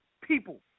people